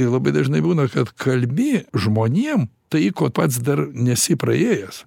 ir labai dažnai būna kad kalbi žmonėm tai ko pats dar nesi praėjęs